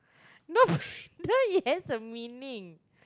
no no it has a meaning